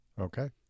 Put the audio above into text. Okay